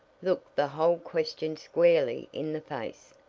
look the whole question squarely in the face,